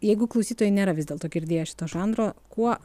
jeigu klausytojai nėra vis dėlto girdėję šito žanro kuo